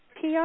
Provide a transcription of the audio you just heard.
PR